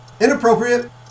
Inappropriate